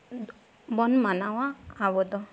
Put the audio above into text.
ᱵᱚᱱ ᱢᱟᱱᱟᱣᱟ ᱟᱵᱚ ᱫᱚ